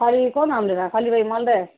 خالی کون ہمل لےا خالی بھئی مل دے